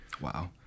Wow